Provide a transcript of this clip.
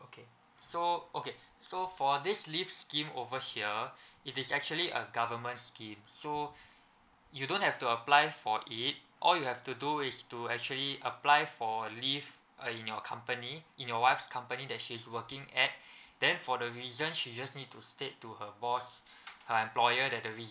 okay so okay so for this leave scheme over here it is actually a government schemes so you don't have to apply for it all you have to do is to actually apply for leave uh in your company in your wife's company that she's working at then for the reason she just need to state to her boss her employer the reason